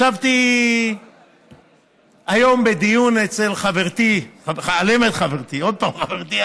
ישבתי היום בדיון אצל חברתי שלי, על אמת חברתי,